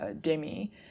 Demi